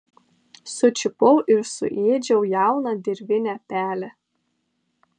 sučiupau ir suėdžiau jauną dirvinę pelę